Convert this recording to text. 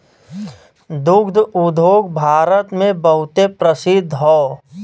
दुग्ध उद्योग भारत मे बहुते प्रसिद्ध हौ